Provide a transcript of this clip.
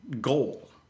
goal